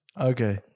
Okay